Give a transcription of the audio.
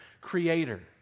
creator